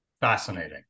Fascinating